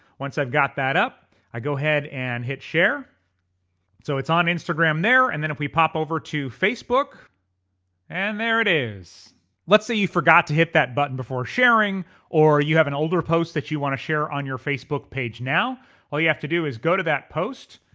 once i've got that up i go ahead and hit share so it's on instagram there and then if we pop over to facebook and. there it is let's say you forgot to hit that button before sharing or you have an older post that you want to share on your facebook page, now all you have to do is go to that post,